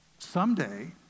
someday